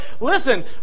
listen